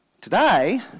Today